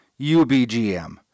UBGM